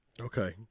okay